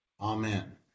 Amen